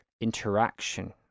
interaction